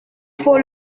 faut